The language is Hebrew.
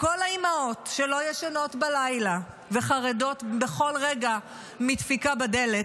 לכל האימהות שלא ישנות בלילה וחרדות בכל רגע מדפיקה בדלת,